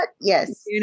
Yes